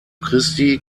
christi